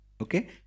okay